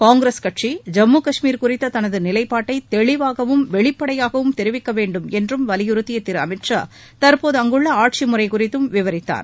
காங்கிரஸ் கட்சி ஜம்மு கஷ்மீர் குறித்த தனது நிலைப்பாட்டை தெளிவாகவும் வெளிப்படையாகவும் தெரிவிக்க வேண்டும் என்று வலியுறுத்திய திரு அமித்ஷா தற்போது அங்குள்ள ஆட்சி முறை குறித்தும் விவரித்தார்